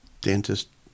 dentist